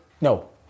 No